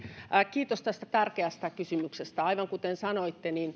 kiitos tästä tärkeästä kysymyksestä aivan kuten sanoitte